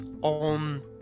on